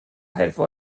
حرفه